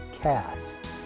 Cast